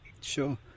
Sure